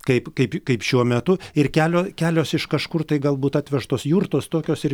kaip kaip kaip šiuo metu ir kelio kelios iš kažkur tai galbūt atvežtos jurtos tokios ir